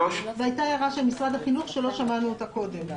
הייתה הערה של משרד החינוך שלא משענו אותה קודם.